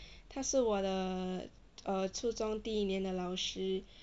他是我的 err 初中第一年的老师